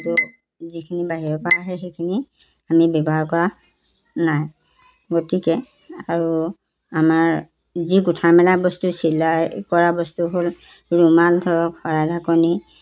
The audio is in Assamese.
ত' যিখিনি বাহিৰৰ পৰা আহে সেইখিনি আমি ব্যৱহাৰ কৰা নাই গতিকে আৰু আমাৰ যি গোঠা মেলা বস্তু চিলাই কৰা বস্তু হ'ল ৰুমাল ধৰক শৰাই ঢাকনি